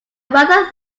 rather